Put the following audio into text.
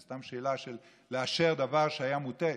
זו סתם שאלה של לאשר דבר שהיה מוטעה.